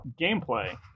Gameplay